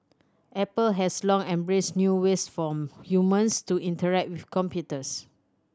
apple has long embraced new ways for humans to interact with computers